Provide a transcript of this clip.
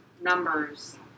numbers